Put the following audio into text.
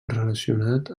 relacionat